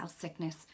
sickness